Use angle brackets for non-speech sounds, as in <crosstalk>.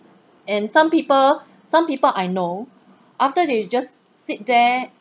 and some people <breath> some people I know after they just sit there